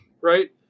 Right